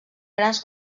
grans